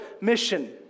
mission